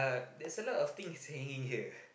there's a lot of things staying in here